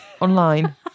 online